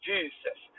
Jesus